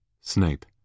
Snape